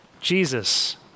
Jesus